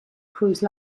cruise